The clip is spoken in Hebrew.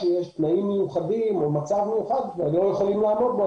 כשיש תנאים מיוחדים או מצב מיוחד ולא יכולים לעמוד בהם,